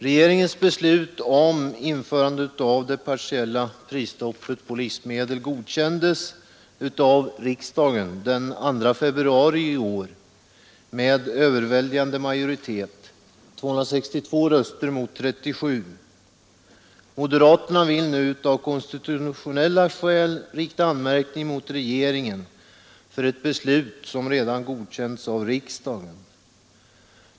Regeringens beslut om införande av det partiella prisstoppet på ning m.m. livsmedel godkändes av riksdagen den 2 februari i år med övervägande majoritet: 262 röster mot 37. Moderaterna vill nu av konstitutionella skäl — Tillämpning av allrikta anmärkning mot regeringen för ett beslut som redan godkänts av männa prisregleriksdagen.